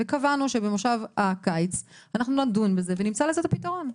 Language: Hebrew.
וקבענו שבמושב הקיץ אנחנו נדון בזה ונמצא לזה את הפתרון,